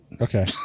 Okay